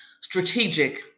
strategic